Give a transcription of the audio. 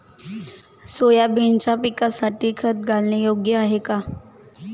सोयाबीनच्या पिकासाठी खत घालणे योग्य आहे का?